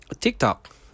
TikTok